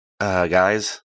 guys